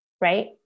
Right